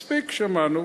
מספיק, שמענו.